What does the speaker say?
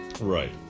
Right